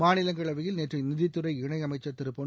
மாநிலங்களவையில் நேற்று நிதித்துறை இணை அமைச்சர் திரு பொன்